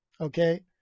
okay